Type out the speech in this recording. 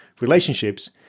relationships